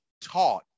taught